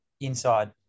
Inside